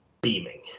beaming